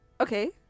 okay